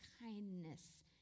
kindness